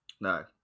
No